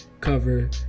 cover